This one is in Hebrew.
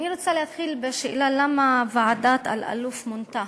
אני רוצה להתחיל בשאלה, למה ועדת אלאלוף מונתה.